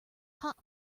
hot